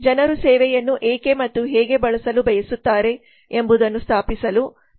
ಜನರು ಸೇವೆಯನ್ನು ಏಕೆ ಮತ್ತು ಹೇಗೆ ಬಳಸಲು ಬಯಸುತ್ತಾರೆ ಎಂಬುದನ್ನು ಸ್ಥಾಪಿಸಲು ಪ್ರತಿಕ್ರಿಯೆಗಳು ಸಹಾಯ ಮಾಡುತ್ತವೆ